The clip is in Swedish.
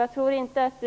Jag tror inte att